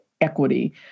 equity